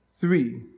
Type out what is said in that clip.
three